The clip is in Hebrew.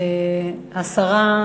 השרה,